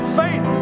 faith